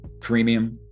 premium